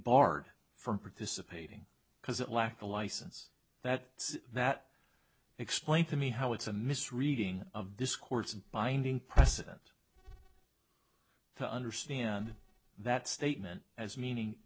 barred from participating because it lacked a license that that explained to me how it's a misreading of this court's binding precedent to understand that statement as meaning